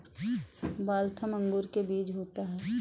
Waltham अंगूर में बीज होता है